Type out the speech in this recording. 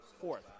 fourth